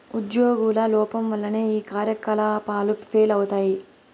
ఉజ్యోగుల లోపం వల్లనే ఈ కార్యకలాపాలు ఫెయిల్ అయితయి